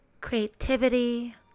creativity